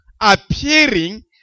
appearing